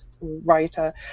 writer